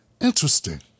interesting